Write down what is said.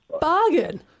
Bargain